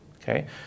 okay